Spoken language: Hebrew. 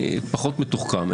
אני פחות מתוחכם,